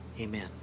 Amen